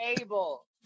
able